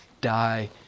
die